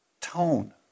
tone